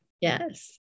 Yes